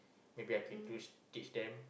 maybe I could teach teach them